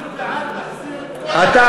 אנחנו בעד להחזיר את כל הפליטים.